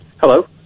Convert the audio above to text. Hello